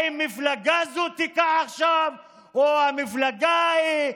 האם המפלגה הזאת תיקח עכשיו או המפלגה ההיא,